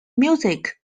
music